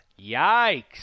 Yikes